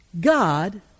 God